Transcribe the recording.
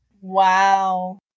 Wow